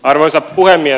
arvoisa puhemies